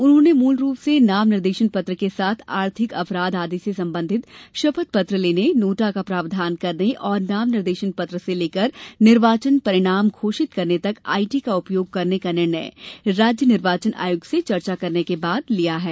उन्होंने मुल रूप से नाम निर्देशन पत्र के साथ आर्थिक अपराध आदि से संबंधित शपथ पत्र लेने नोटा का प्रावधान करने और नाम निर्देशन पत्र से लेकर निर्वाचन परिणाम घोषित करने तक आईटी का उपयोग करने का निर्णय राज्य निर्वाचन आयुक्त से चर्चा करने के बाद लिया है